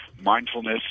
mindfulness